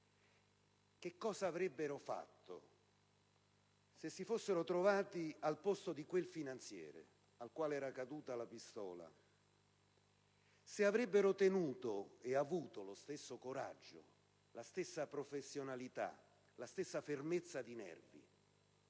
che cosa avrebbero fatto se si fossero trovati al posto di quel finanziere al quale era caduta la pistola: se avrebbero avuto lo stesso coraggio, la stessa professionalità, la stessa fermezza di nervi,